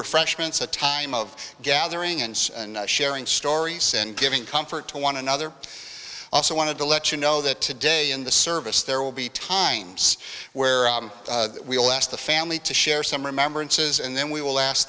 refreshments a time of gathering and sharing stories and giving comfort to one another also wanted to let you know that today in the service there will be times where we will ask the family to share some remembrances and then we will ask